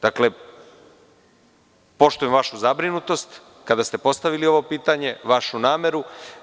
Poštujem vašu zabrinutost kada ste postavili ovo pitanje, vašu nameru.